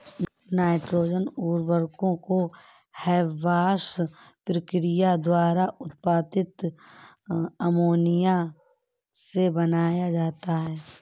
nitrogen उर्वरकों को Haber Bosch प्रक्रिया द्वारा उत्पादित अमोनिया से बनाया जाता है